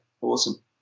Awesome